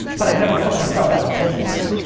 but i've never put myself out of business.